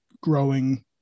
growing